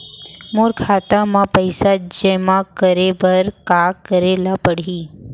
मोर खाता म पइसा जेमा करे बर का करे ल पड़ही?